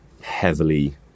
heavily